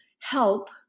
help